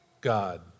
God